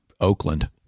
Oakland